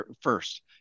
first